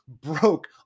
Broke